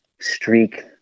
streak